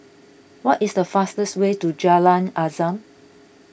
what is the fastest way to Jalan Azam